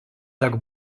так